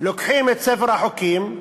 לוקחים את ספר החוקים,